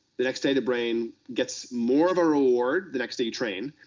the next day, the brain gets more of a reward, the next day you train,